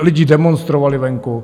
Lidi demonstrovali venku.